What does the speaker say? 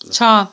छ